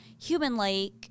human-like